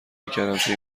میکردم، تو